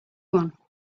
one